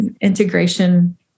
integration